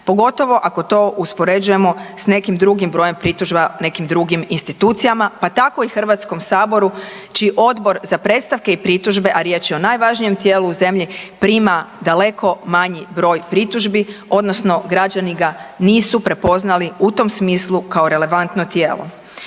Pogotovo ako to uspoređujemo s nekim drugim brojem pritužba nekim drugim institucijama pa tako i Hrvatskom saboru čiji Odbor za predstavke i pritužbe, a riječ je o najvažnijem tijelu u zemlji prima daleko manji broj pritužbi odnosno građani ga nisu prepoznali u tom smislu kao relevantno tijelo.